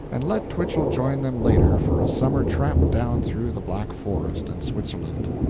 and let twichell join them later for a summer tramp down through the black forest and switzerland.